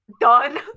Done